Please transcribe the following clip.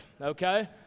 okay